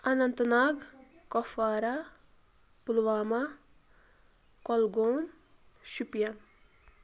Anant Nag Kupwara Pulwama Kulgam Shopian